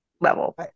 level